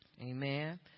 amen